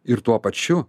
ir tuo pačiu